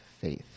faith